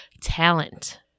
talent